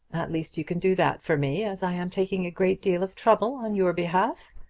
at least you can do that for me, as i am taking a great deal of trouble on your behalf.